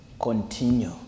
continue